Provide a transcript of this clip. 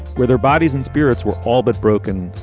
where their bodies and spirits were all but broken,